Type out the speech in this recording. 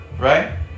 right